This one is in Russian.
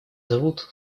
зовут